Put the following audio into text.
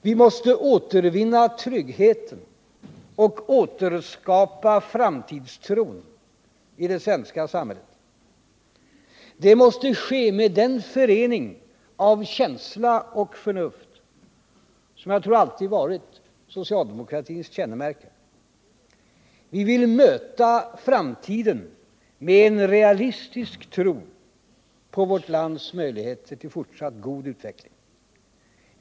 Vi måste återvinna tryggheten och återskapa framtidstron i det svenska samhället. Det måste ske med den förening av känsla och förnuft som alltid varit socialdemokratins kännemärke. Vi vill möta framtiden med en realistisk tro på vårt lands möjligheter till fortsatt god utveckling.